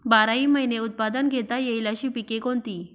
बाराही महिने उत्पादन घेता येईल अशी पिके कोणती?